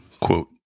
quote